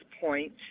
point